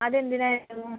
അതെന്തിനാ ഇടുന്നേ